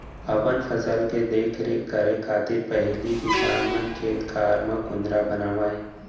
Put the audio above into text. अपन फसल के देख रेख करे खातिर पहिली किसान मन खेत खार म कुंदरा बनावय